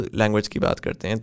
language